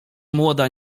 młoda